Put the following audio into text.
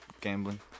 gambling